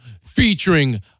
featuring